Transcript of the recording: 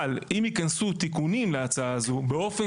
אבל אם ייכנסו תיקונים להצעה הזאת שבאופן